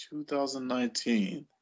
2019